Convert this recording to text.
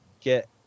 get